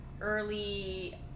early